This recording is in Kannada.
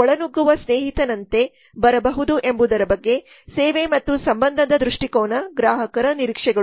ಒಳನುಗ್ಗುವ ಸ್ನೇಹಿತನಂತೆ ಬರಬಹುದು ಎಂಬುದರ ಬಗ್ಗೆ ಸೇವೆ ಮತ್ತು ಸಂಬಂಧದ ದೃಷ್ಟಿಕೋನದ ಗ್ರಾಹಕರ ನಿರೀಕ್ಷೆಗಳು